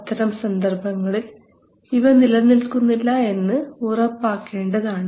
അത്തരം സന്ദർഭങ്ങളിൽ ഇവ നിലനിൽക്കുന്നില്ല എന്ന് ഉറപ്പാക്കേണ്ടതാണ്